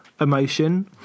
emotion